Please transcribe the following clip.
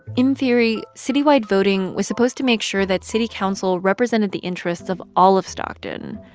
in theory, citywide voting was supposed to make sure that city council represented the interests of all of stockton.